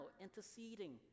interceding